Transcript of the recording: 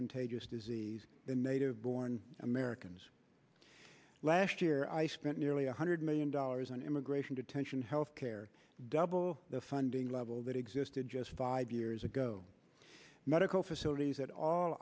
contagious disease than native born americans last year i spent nearly one hundred million dollars on immigration detention health care double the funding level that existed just five years ago medical facilities at all